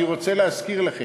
אני רוצה להזכיר לכם,